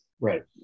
Right